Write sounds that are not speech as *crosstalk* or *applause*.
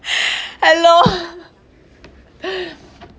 hello *laughs*